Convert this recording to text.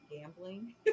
gambling